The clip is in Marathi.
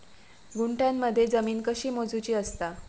गुंठयामध्ये जमीन कशी मोजूची असता?